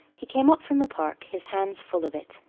he came up from the park, his hands full of it.